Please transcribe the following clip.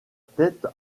tête